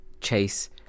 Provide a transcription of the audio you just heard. chase